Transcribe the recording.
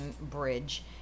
bridge